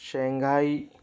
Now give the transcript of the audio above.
Shanghai